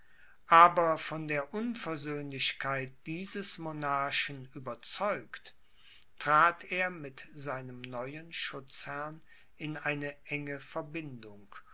aber von der unversöhnlichkeit dieses monarchen überzeugt trat er mit seinem neuen schutzherrn in eine enge verbindung